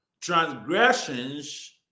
transgressions